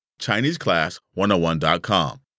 ChineseClass101.com